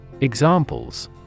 Examples